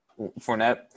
Fournette